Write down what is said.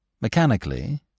Mechanically